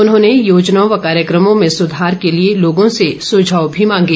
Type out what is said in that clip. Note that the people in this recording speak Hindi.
उन्होंने योजनाओं व कार्यक्रमों में सुधार के लिए लोगों से सुझाव भी मांगे